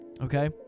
Okay